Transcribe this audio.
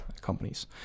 companies